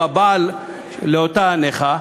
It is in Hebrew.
או הבעל לאותה הנכה.